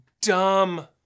dumb